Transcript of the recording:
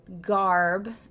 garb